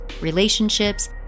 relationships